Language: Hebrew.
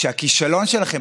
שהכישלון שלכם,